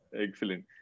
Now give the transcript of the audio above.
Excellent